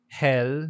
hell